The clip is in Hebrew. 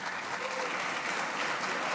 בן מיכאל,